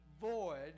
void